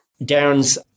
Darren's